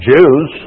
Jews